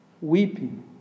weeping